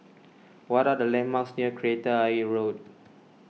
what are the landmarks near Kreta Ayer Road